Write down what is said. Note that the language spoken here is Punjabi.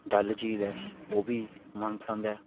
ਡਲ ਝੀਲ ਹੈ ਉਹ ਵੀ ਮਨਪਸੰਦ ਹੈ